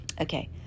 Okay